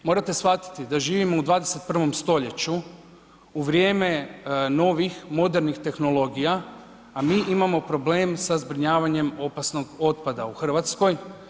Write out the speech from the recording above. Morate shvatiti da živimo u 21. stoljeću u vrijeme novih modernih tehnologija, a mi imamo problem sa zbrinjavanjem opasnog otpada u Hrvatskoj.